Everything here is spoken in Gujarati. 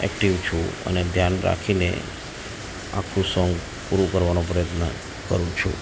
એક્ટિવ છું અને ધ્યાન રાખીને આખુ સોંગ પૂરું કરવાનો પ્રયત્ન કરું છું